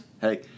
hey